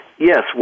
Yes